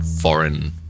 foreign